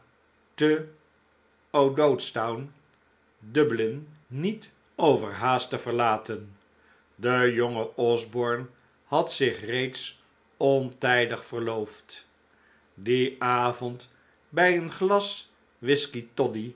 te o'dowdstown dublin niet overhaast te verlaten de jonge osborne had zich reeds ontijdig verloofd dien avond bij een glas whiskey toddy